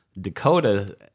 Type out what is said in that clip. Dakota